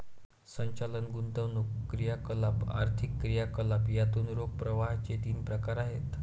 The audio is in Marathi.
संचालन, गुंतवणूक क्रियाकलाप, आर्थिक क्रियाकलाप यातून रोख प्रवाहाचे तीन प्रकार आहेत